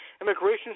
immigration